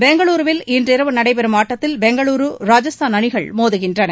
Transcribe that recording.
பெங்களூரூவில் இன்றீரவு நடைபெறும் ஆட்டத்தில் பெங்களூரூ ராஜஸ்தான் அணிகள் மோதுகின்றன